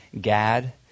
gad